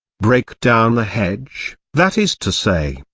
break down the hedge, that is to say,